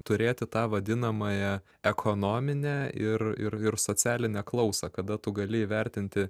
turėti tą vadinamąją ekonominę ir ir ir socialinę klausą kada tu gali įvertinti